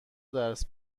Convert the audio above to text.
درس